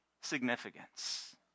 significance